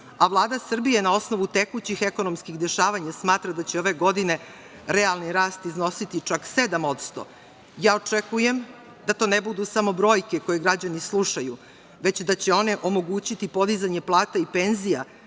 a Vlada Srbije na osnovu tekućih ekonomskih dešavanja, smatra da će ove godine realni rast iznositi čak 7%. Ja očekujem da to ne budu samo brojke koje građani slušaju, već da će one omogućiti podizanje plata i penzija,